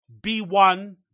B1